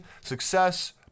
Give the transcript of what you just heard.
success